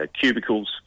cubicles